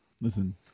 Listen